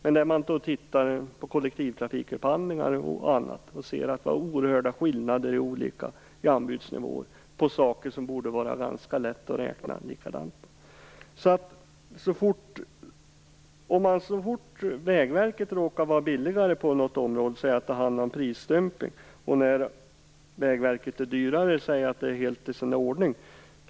Men om man ser på kollektivtrafikupphandlingar och annat kan man se väldigt stora skillnader i anbudsnivåer när det gäller sådant som borde vara ganska lätt att räkna på ett likartat sätt. Så fort Vägverket råkar vara billigare på något område säger Ulla Löfgren att det handlar om prisdumpning, och när Vägverket är dyrare är det helt i sin ordning.